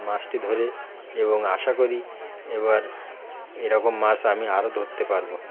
মাছটি ধরে এবং আশা করি এবার এরকম মাছ আমি আরও ধরতে পারব